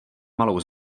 malou